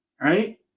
right